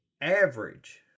average